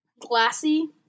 glassy